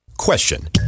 Question